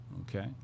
Okay